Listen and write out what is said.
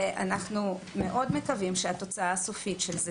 אנחנו מאוד מקווים שהתוצאה הסופית של זה